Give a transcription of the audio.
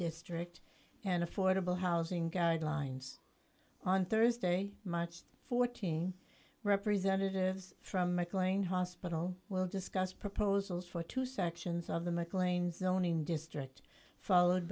district and affordable housing guidelines on thursday march th representatives from mclean hospital will discuss proposals for two sections of the mcclane zoning district followed